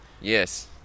Yes